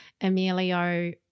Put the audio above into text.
Emilio